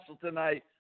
tonight